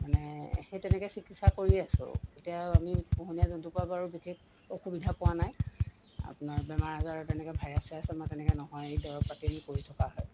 মানে সেই তেনেকৈ চিকিৎসা কৰিয়েই আছোঁ এতিয়া আমি পোহনীয়া জন্তুৰ পৰা বাৰু বিশেষ অসুবিধা পোৱা নাই আপোনাৰ বেমাৰ আজাৰত তেনেকৈ ভাইৰাছ চাইৰাছ আমাৰ তেনেকৈ নহয় এই দৰৱ পাতি আমি কৰি থকা হয়